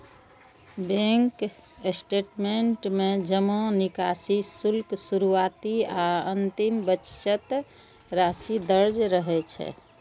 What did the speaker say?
bank statement में जमा, निकासी, शुल्क, शुरुआती आ अंतिम बचत राशि दर्ज रहै छै